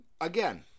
Again